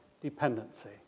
dependency